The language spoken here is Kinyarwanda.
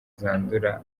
zandura